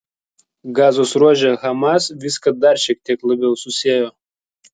gazos ruože hamas viską dar šiek tiek labiau susiejo